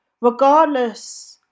regardless